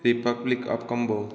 republic of Congo